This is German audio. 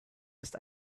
ist